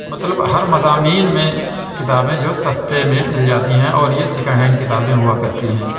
مطلب ہر مضامین میں کتابیں جو سستے میں مل جاتی ہیں اور یہ سکینڈ ہینڈ کتابیں ہوا کرتی ہیں